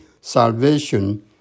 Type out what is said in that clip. salvation